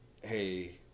hey